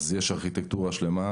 אז יש ארכיטקטורה שלמה,